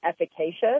efficacious